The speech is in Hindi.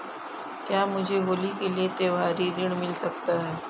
क्या मुझे होली के लिए त्यौहारी ऋण मिल सकता है?